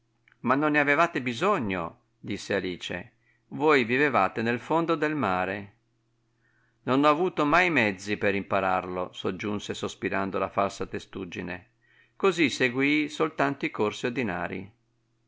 ma non ne avevate bisogno disse alice voi vivevate nel fondo del mare non ho avuto mai mezzi per impararlo soggiunse sospirando la falsa testuggine così seguii soltanto i corsi ordinarii